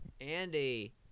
Andy